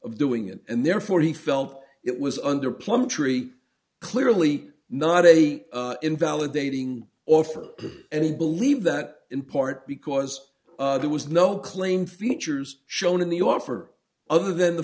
of doing it and therefore he felt it was under plumtree clearly not a invalidating offer and believe that in part because there was no claim features shown in the offer other than the